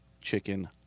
Chicken